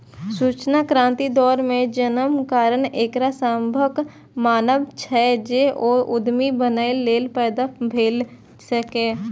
सूचना क्रांतिक दौर मे जन्मक कारण एकरा सभक मानब छै, जे ओ उद्यमी बनैए लेल पैदा भेल छै